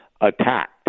attacked